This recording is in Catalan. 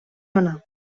manar